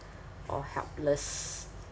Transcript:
or helpless